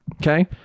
okay